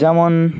যেমন